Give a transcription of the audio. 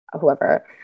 whoever